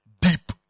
deep